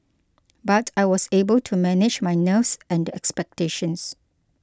but I was able to manage my nerves and the expectations